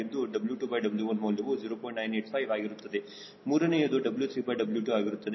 985 ಆಗಿರುತ್ತದೆ ಮೂರನೆಯದು W3W2 ಆಗಿರುತ್ತದೆ